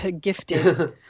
gifted